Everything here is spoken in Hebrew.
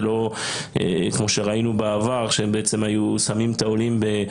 זה לא כמו שראינו בעבר שהם בעצם היו שמים את העולים --,